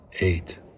eight